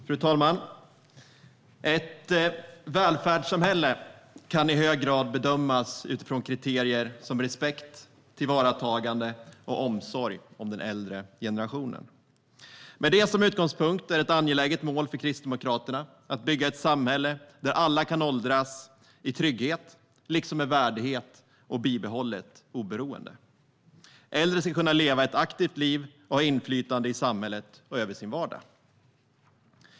Fru talman! Ett välfärdssamhälle kan i hög grad bedömas utifrån kriterier som respekt, tillvaratagande och omsorg om den äldre generationen. Med det som utgångspunkt är det ett angeläget mål för Kristdemokraterna att bygga ett samhälle där alla kan åldras i trygghet, liksom med värdighet och bibehållet oberoende. Äldre ska kunna leva ett aktivt liv och ha inflytande i samhället och över sin vardag.